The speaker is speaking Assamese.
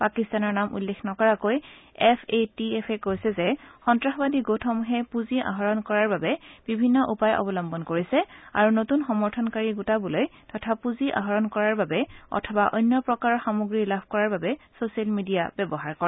পাকিস্তানৰ নাম উল্লেখ নকৰাকৈয়ে এফ এ টি এফ এ কৈছে যে সন্তাসবাদী গোটসমূহে পুঁজি আহৰণ কৰাৰ বাবে বিভিন্ন উপায়ৰ অৱলম্বন কৰিছে আৰু নতুন সমৰ্থনকাৰী গোটাবলৈ তথা পুঁজি আহৰণ কৰাৰ বাবে অথবা অন্য প্ৰকাৰৰ সামগ্ৰী লাভ কৰাৰ বাবে ছ চিয়েল মিডিয়া ব্যৱহাৰ কৰে